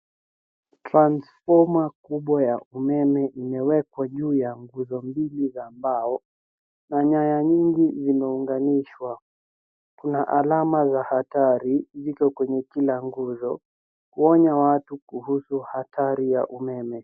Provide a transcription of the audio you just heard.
Transfoma kubwa ya umeme imewekwa juu ya nguzo mbili za mbao, na nyaya nyingi zimeunganishwa. Kuna alama za hatari ziko kwenye kila nguzo kuonya watu kuhusu hatari ya umeme.